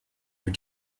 your